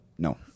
No